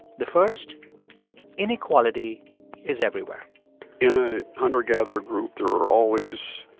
the first inequality is everywhere in a hunter-gatherer group, there are always